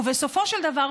ובסופו של דבר,